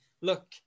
look